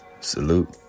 Salute